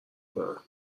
کنن